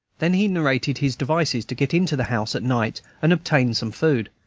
then he narrated his devices to get into the house at night and obtain some food,